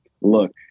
look